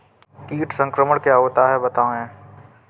कीट संक्रमण क्या होता है बताएँ?